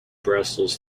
brussels